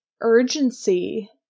urgency